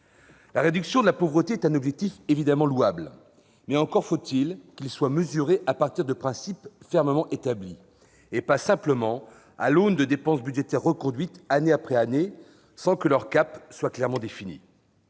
La réduction de la pauvreté est un objectif évidemment louable, mais encore faut-il qu'il soit mesuré à partir de principes fermement établis, et pas simplement à l'aune de dépenses budgétaires reconduites, année après année, sans que le cap soit clairement défini.